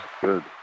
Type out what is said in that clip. good